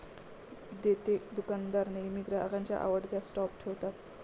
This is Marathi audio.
देतेदुकानदार नेहमी ग्राहकांच्या आवडत्या स्टॉप ठेवतात